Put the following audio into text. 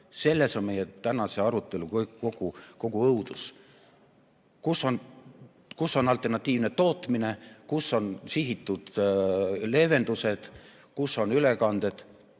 Selles on meie tänase arutelu kogu õudus. Kus on alternatiivne tootmine? Kus on sihitud leevendused? Kus on ülekanded